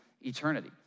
eternity